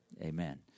Amen